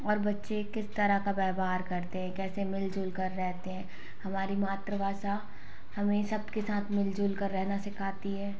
और बच्चे किस तरह का व्यवहार करते हैं कैसे मिलजुलकर रहते हैं हमारी मातृभाषा हमें सबके साथ मिलजुलकर रहना सिखाती है